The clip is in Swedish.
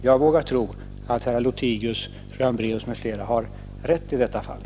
Jag vågar tro att herr Lothigius och fru Hambraeus har rätt i detta fall.